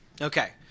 Okay